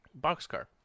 Boxcar